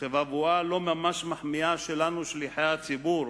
ובבואה לא ממש מחמיאה שלנו, שליחי הציבור,